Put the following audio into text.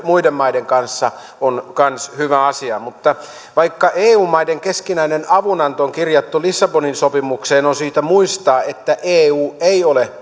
muiden maiden kanssa on myös hyvä asia mutta vaikka eu maiden keskinäinen avunanto on kirjattu lissabonin sopimukseen on syytä muistaa että eu ei ole